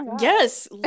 Yes